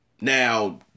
Now